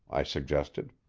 i suggested.